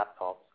laptops